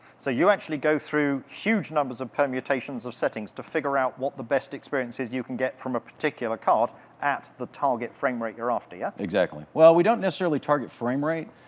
so you actually go through huge numbers of permutations of settings to figure out what the best experience is you can get from a particular card at the target frame rate you're after, yeah? exactly. well, we don't necessarily target frame rate.